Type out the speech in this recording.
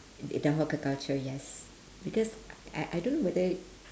the hawker culture yes because I I don't know whether